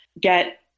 get